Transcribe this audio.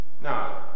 Now